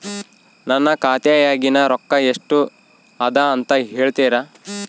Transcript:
ನನ್ನ ಖಾತೆಯಾಗಿನ ರೊಕ್ಕ ಎಷ್ಟು ಅದಾ ಅಂತಾ ಹೇಳುತ್ತೇರಾ?